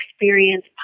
experience